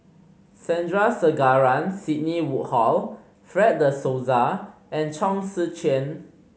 Sandrasegaran Sidney Woodhull Fred De Souza and Chong Tze Chien